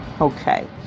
Okay